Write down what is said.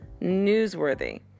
newsworthy